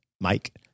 Mike